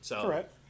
Correct